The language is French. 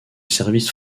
service